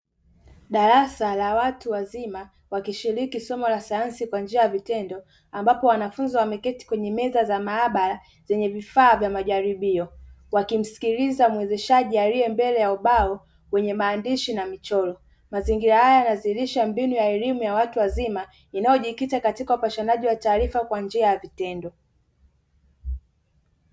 Darasa la watu wazima wakishiriki somo la sayansi kwa njia ya vitendo ambapo wanafunzi wameketi kwenye meza za maabara zenye vifaa vya majaribio wakimsikiliza muwezeshaji aliye mbele ya ubao wenye maandishi na michoro, Mazingira haya yanadhihirisha mbinu ya elimu ya watu wazima inayojikita katika upashanaji wa taarifa kwa njia ya vitendo.